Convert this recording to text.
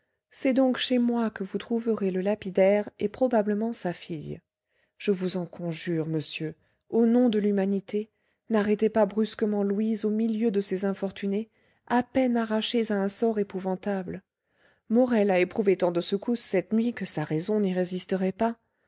c'est donc chez moi que vous trouverez le lapidaire et probablement sa fille je vous en conjure monsieur au nom de l'humanité n'arrêtez pas brusquement louise au milieu de ces infortunés à peine arrachés à un sort épouvantable morel a éprouvé tant de secousses cette nuit que sa raison n'y résisterait pas